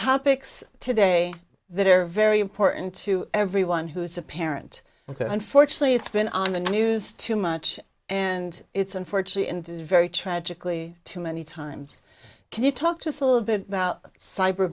topics today that are very important to everyone who's a parent ok unfortunately it's been on the news too much and it's unfortunate and very tragically too many times can you talk to us a little bit about cyber